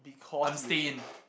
I'm sane